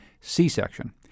C-section